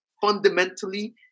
fundamentally